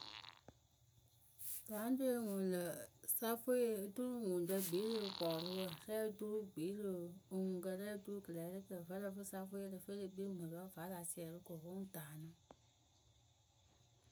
Kɨlaŋdoe ŋwɨ lǝ safwe oturu ŋuŋrǝ gbii rɨ pɔɔlʊwǝ rɛɛ oturu gbii rɨ. oŋuŋkǝ, rɛ oturu kɨlɛɛrɩkǝ vǝ́ lǝ fɨ safweye ǝ lǝ fɨ e le kpii rɨ mǝrǝ we vǝ́ a la siɛrɩ ko wɨ ŋ taanɨ.